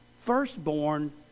firstborn